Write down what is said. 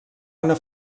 una